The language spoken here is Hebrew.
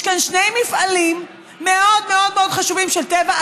יש כאן שני מפעלים מאוד מאוד חשובים של טבע,